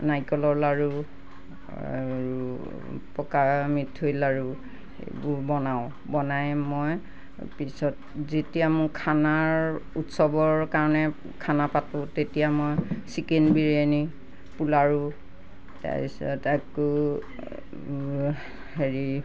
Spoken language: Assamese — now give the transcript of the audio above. নাৰিকলৰ লাড়ু আৰু পকা মিঠৈ লাড়ু সেইবোৰ বনাওঁ বনাই মই পিছত যেতিয়া মোৰ খানাৰ উৎসৱৰ কাৰণে খানা পাতো তেতিয়া মই চিকেন বিৰিয়ানী পোলাও তাৰপিছত আকৌ হেৰি